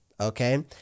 Okay